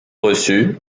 reçues